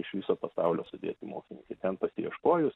iš viso pasaulio sudėti mokslininkai ten pasieškojus